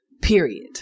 period